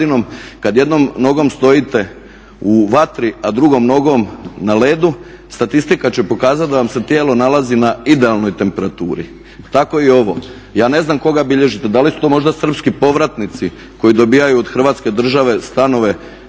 kad jednom nogom stojite u vatri a drugom nogom na ledu statistika će pokazati da vam se tijelo nalazi na idealnoj temperaturi. Tako i ovo. Ja ne znam koga bilježite, da li su to možda srpski povratnici koji dobivaju od Hrvatske države stanove